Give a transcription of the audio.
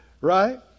Right